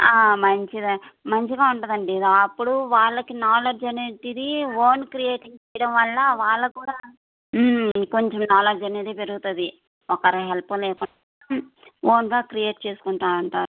మంచిద మంచిగా ఉంటుంది అండి అప్పుడు వాళ్ళకి నాలెడ్జ్ అనేది ఓన్ క్రియేటింగ్ చేయడం వల్ల వాళ్ళ కూడా కొంచెం నాలెడ్జ్ అనేది పెరుగుతుంది ఒకరి హెల్ప్ లేకుండా ఓన్గా క్రియేట్ చేసుకుంటు ఉంటారు